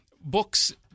books